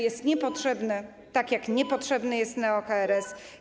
Jest niepotrzebny, tak jak niepotrzebny jest neo-KRS.